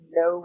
no